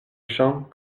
champs